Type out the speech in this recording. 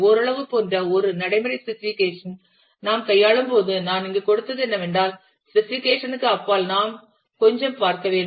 ஓரளவு போன்ற ஒரு நடைமுறை ஸ்பெசிஃபிகேஷன் நாம் கையாளும் போது நான் இங்கு கொடுத்தது என்னவென்றால் ஸ்பெசிஃபிகேஷன் ற்கு அப்பால் நாம் கொஞ்சம் பார்க்க வேண்டும்